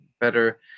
better